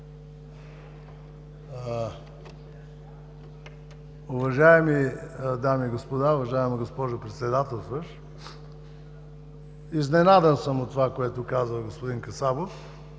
Уважаеми дами и господа, уважаема госпожо Председател! Изненадан съм от това, което каза господин Касабов.